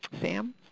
Sam